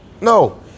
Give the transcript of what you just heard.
No